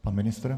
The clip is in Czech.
Pan ministr?